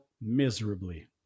miserably